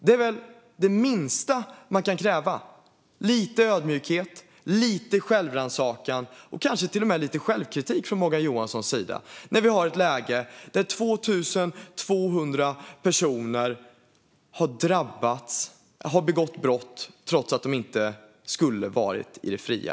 Det är väl det minsta man kan kräva? Morgan Johansson kunde kanske visa lite ödmjukhet, lite självrannsakan och kanske till och med lite självkritik i ett läge där 2 200 personer har begått brott trots att de inte skulle ha varit ute i det fria.